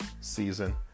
season